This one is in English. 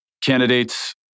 candidates